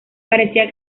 parecía